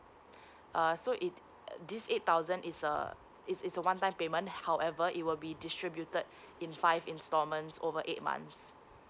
uh so it this eight thousand is uh it's it's a one time payment however it will be distributed in five installments over eight months